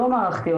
לא מערכתיות.